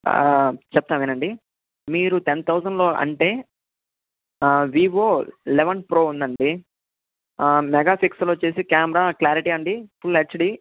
చెప్తా వినండి మీరు టెన్ థౌజండ్లో అంటే వీవో లెవెన్ ప్రో ఉందండి మెగా ఫిక్సెల్ వచ్చేసి క్యామెరా క్లారిటీ అండి ఫుల్ హెచ్డీ